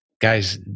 Guys